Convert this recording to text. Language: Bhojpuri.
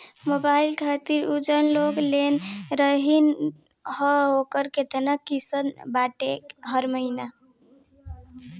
मोबाइल खातिर जाऊन लोन लेले रहनी ह ओकर केतना किश्त बाटे हर महिना?